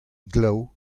glav